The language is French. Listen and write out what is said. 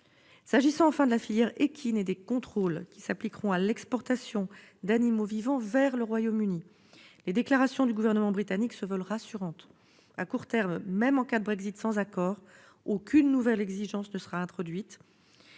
S'agissant enfin de la filière équine et des contrôles qui s'appliqueront à l'exportation d'animaux vivants vers le Royaume-Uni, les déclarations du gouvernement britannique se veulent rassurantes. À court terme, même en cas de Brexit sans accord, aucune nouvelle exigence ne sera introduite